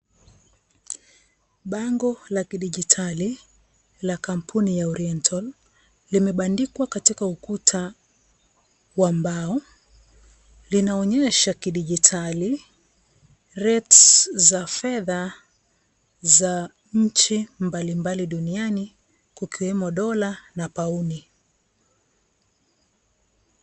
Bango la digital, la kampuni ya Urental limeandikwa katika ukuta wa mbao. Linaonyesha kidigitali rates za fedha za mji mbalimbali duniani kukiwemo dola na pauni.